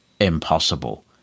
impossible